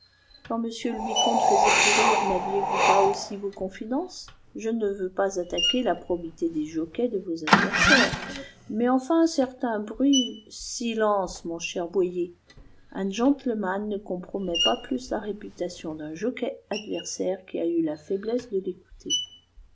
quand m le vicomte faisait courir naviez vous pas aussi vos confidences je ne veux pas attaquer la probité des jockeys de vos adversaires mais enfin certains bruits silence mon cher boyer un gentleman ne compromet pas plus la réputation d'un jockey adversaire qui a eu la faiblesse de l'écouter